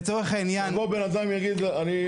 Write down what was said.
לצורך העניין --- יבוא בן אדם יגיד אני לא,